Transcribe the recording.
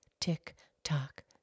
tick-tock